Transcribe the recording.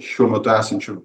šiuo metu esančių